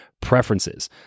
preferences